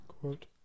quote